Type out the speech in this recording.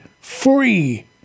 Free